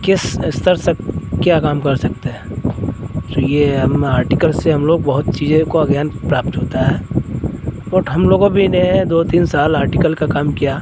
किस स्तर से क्या काम कर सकते हैं तो यह अपना आर्टिकल से हम लोग बहुत चीज़ों का ज्ञान प्राप्त होता है बहुत हम लोगों भी गए हैं दो तीन साल आर्टिकल का काम किया